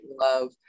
love